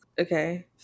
Okay